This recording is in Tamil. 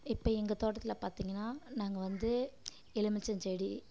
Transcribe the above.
இப்போ எங்கள் தோட்டத்தில் பார்த்திங்கன்னா நாங்கள் வந்து எலுமிச்சம் செடி